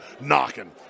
knocking